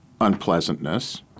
unpleasantness